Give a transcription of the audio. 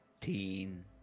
teen